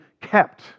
kept